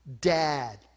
dad